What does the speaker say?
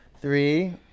Three